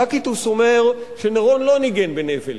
טקיטוס אומר שנירון לא ניגן בנבל,